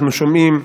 אנחנו שומעים,